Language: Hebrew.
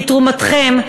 כי תרומתכן,